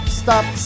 stop